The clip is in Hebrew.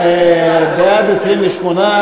התשע"ג-2013,